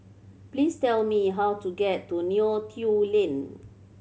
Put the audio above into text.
please tell me how to get to Neo Tiew Lane